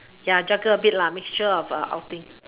juggle a bit mixture of outing